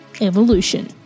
Evolution